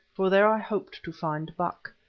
for there i hoped to find buck.